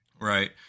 Right